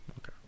Okay